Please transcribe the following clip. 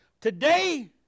today